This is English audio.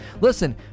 listen